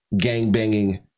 gang-banging